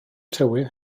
tywydd